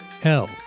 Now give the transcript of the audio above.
Hell